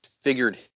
figured